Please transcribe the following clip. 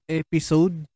episode